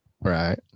right